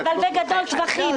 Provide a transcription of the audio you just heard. אבל בגדול, טווחים.